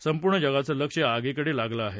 संपूर्ण जगाचं लक्ष या आगीकडे लागलं आहे